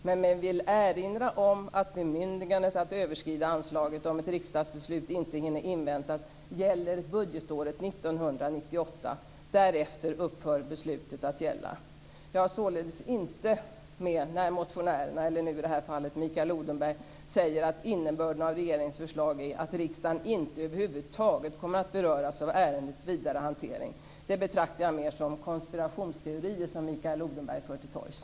Men man vill erinra om att bemyndigandet att överskrida anslaget om ett riksdagsbeslut inte hinner inväntas gäller budgetåret Det är således inte så som motionärerna - eller i det här fallet Mikael Odenberg - säger; att innebörden av regeringens förslag är att riksdagen inte över huvud taget kommer att beröras av ärendets vidare hantering. Det betraktar jag mer som konspirationsteorier som Mikael Odenberg för till torgs.